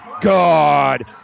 God